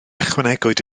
ychwanegwyd